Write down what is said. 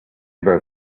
about